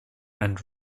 and